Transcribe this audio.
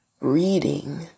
reading